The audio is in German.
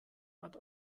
hat